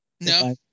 No